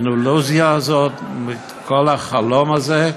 האילוזיה הזאת, מכל החלום הזה,